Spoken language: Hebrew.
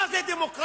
מה זה דמוקרטיה.